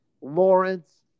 Lawrence